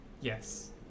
Yes